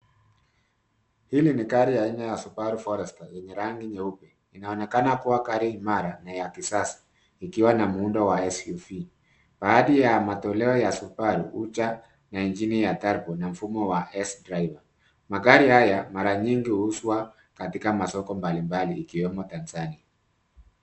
Hili ni gari aina ya Subaru Forester yenye rangi nyeupe. Inaonekana kuwa gari imara na ya kisasa ikiwa na muundo wa SUV . Baadhi ya matoleo ya subaru huja na ingini ya turbo na mfumo wa S driver . Magari haya mara nyingi huuzwa katika masoko mbalimbali ikiwemo Tanzania.